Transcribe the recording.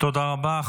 תודה רבה.